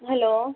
hello